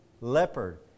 leopard